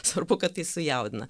svarbu kad tai sujaudina